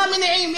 מה המניעים?